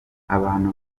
abantu